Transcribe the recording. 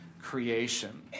creation